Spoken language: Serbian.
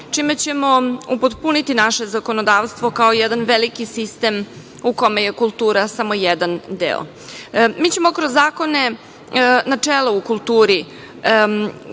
čime ćemo upotpuniti naše zakonodavstvo kao jedan veliki sistem u kome je kultura samo jedan deo. Mi ćemo kroz zakone načela u kulturi,